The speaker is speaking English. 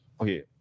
okay